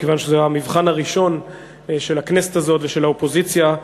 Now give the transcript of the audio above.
מכיוון שזה המבחן הראשון של הכנסת הזאת ושל האופוזיציה,